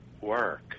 work